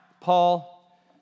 Paul